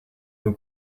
will